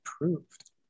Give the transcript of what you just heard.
approved